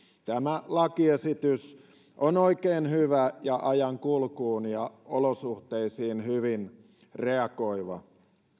tämä lakiesitys on oikein hyvä ja ajankulkuun ja olosuhteisiin hyvin reagoiva